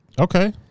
Okay